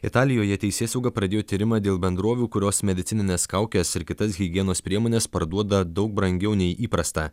italijoje teisėsauga pradėjo tyrimą dėl bendrovių kurios medicinines kaukes ir kitas higienos priemones parduoda daug brangiau nei įprasta